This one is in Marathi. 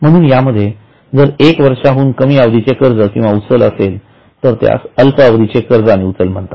म्हणून यामध्ये जर एक वर्षाहून कमी अवधीचे कर्ज किंवा उचल असेल तर त्यास अल्प अवधीचे कर्ज आणि उचल म्हणतात